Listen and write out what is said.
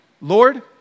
Lord